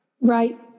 Right